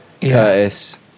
curtis